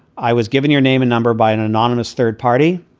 i was given your name and number by an anonymous third party.